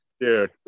dude